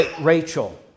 Rachel